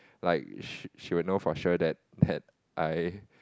like she she will know for sure that had I